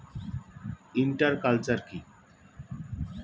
Inter culture কি?